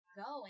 go